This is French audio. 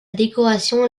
décoration